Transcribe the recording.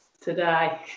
today